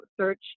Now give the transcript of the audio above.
search